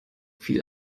viel